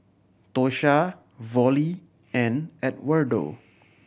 Tosha Vollie and Edwardo